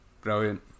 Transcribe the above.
Brilliant